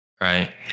right